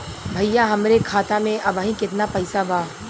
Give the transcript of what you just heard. भईया हमरे खाता में अबहीं केतना पैसा बा?